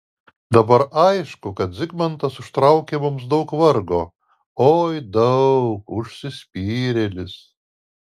dabar aišku kad zigmantas užtraukė mums daug vargo oi daug užsispyrėlis